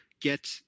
get